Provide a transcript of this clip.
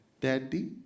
Daddy